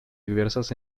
diversas